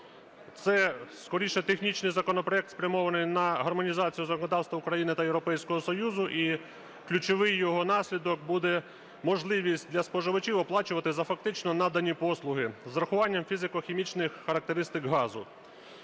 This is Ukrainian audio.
це скоріше технічний законопроект, спрямований на гармонізацію законодавства України та Європейського Союзу, і ключовим його наслідком буде можливість для споживачів оплачувати за фактично надані послуги з врахуванням фізико-хімічних характеристик газу.